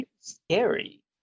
scary